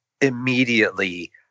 immediately